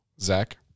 Zach